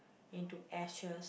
into ashes